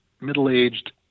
middle-aged